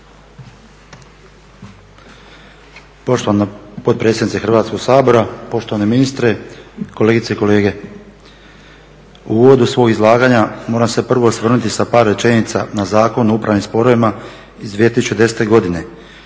Poštovana potpredsjednice Hrvatskoga sabora, poštovani ministre, kolegice i kolege. U uvodu svog izlaganja moram se prvo osvrnuti sa par rečenica na Zakon o upravnim sporovima iz 2010. godine